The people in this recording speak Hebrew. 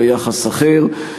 ליחס אחר.